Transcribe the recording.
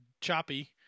choppy